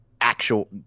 actual